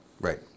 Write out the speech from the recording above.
Right